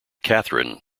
katherine